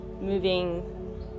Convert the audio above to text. moving